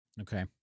Okay